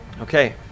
Okay